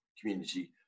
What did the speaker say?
community